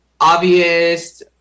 obvious